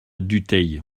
dutheil